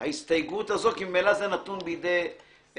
ההגדרה השנייה: עוסק המנוי בתוספת השנייה לחוק הגנת הצרכן,